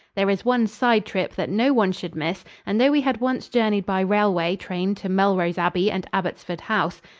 there is one side-trip that no one should miss, and though we had once journeyed by railway train to melrose abbey and abbottsford house,